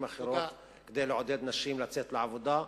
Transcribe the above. אחרות כדי לעודד נשים לצאת לעבודה,